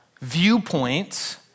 viewpoints